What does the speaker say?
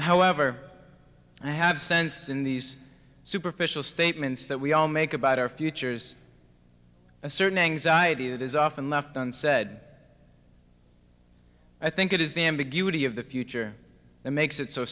however i have sensed in these superficial statements that we all make about our futures a certain anxiety that is often left unsaid i think it is the ambiguity of the future that makes it so